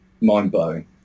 mind-blowing